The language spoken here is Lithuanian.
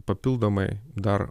papildomai dar